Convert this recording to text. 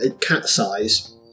cat-size